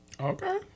Okay